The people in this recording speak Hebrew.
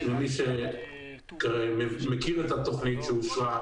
כמי שמכיר את התוכנית שאושרה,